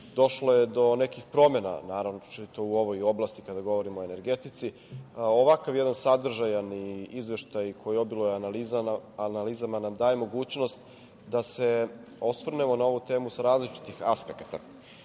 došlo je do nekih promena, naročito u ovoj oblasti kada govorimo o energetici, ovakav jedan sadržajan i izveštaj koji obiluje analizama nam daje mogućnost da se osvrnemo na ovu temu sa različitih aspekata.U